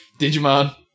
Digimon